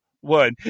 one